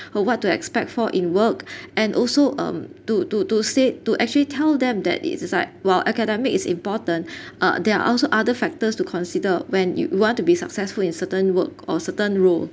of what to expect for in work and also um to to to said to actually tell them that it's aside while academic is important uh there are also other factors to consider when you want to be successful in certain work or certain role